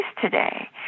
today